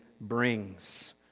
brings